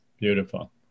Beautiful